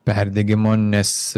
perdegimo nes